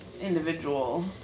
individual